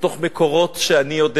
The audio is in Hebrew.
מתוך מקורות שאני יודע,